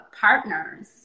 partners